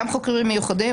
גם חוקרים מיוחדים,